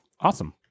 Awesome